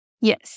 Yes